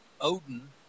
Odin